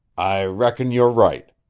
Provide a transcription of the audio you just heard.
i reckon you're right.